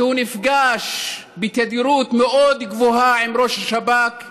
שנפגש בתדירות מאוד גבוהה עם ראש השב"כ,